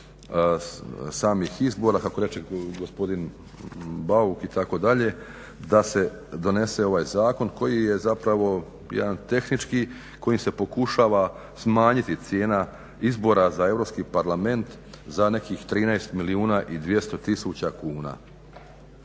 samih izbora kako reče gospodin Bauk itd., da se donese ovaj zakon koji je zapravo jedan tehnički kojim se pokušava smanjiti cijena izbora za Europski parlament za nekih 13 milijuna i 200 000 kuna.